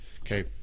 okay